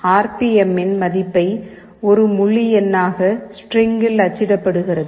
R P எம்மின் மதிப்பை ஒரு முழு எண்ணாக ஸ்ட்ரிங்கில் அச்சிடபடுகிறது